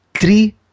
three